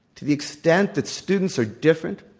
to the extent that students are different,